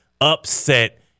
upset